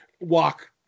walk